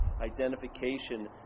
identification